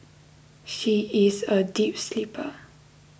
she is a deep sleeper